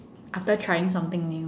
after trying something new